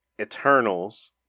Eternals